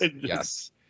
Yes